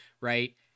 Right